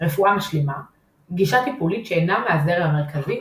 רפואה משלימה – גישה טיפולית שאינה מהזרם המרכזי,